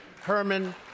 Herman